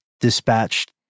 dispatched